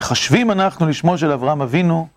חשבים אנחנו לשמו של אברהם אבינו?